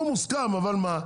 מוסכם אבל מה?